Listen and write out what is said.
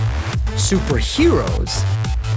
superheroes